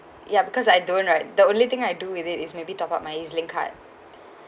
ya because I don't right the only thing I do with it is maybe top up my E_Z link card